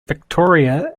victoria